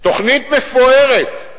תוכנית מפוארת.